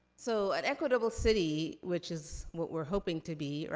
so, an equitable city, which is what we're hoping to be,